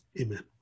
Amen